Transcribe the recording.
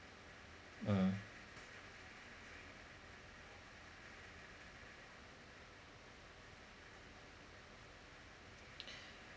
mm